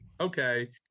okay